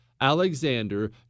Alexander